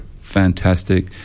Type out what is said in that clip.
fantastic